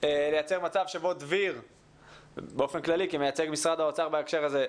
לייצר מצב שבו דביר באופן כללי כמייצג משרד האוצר בהקשר הזה,